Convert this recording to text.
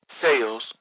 Sales